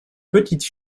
petite